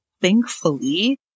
thankfully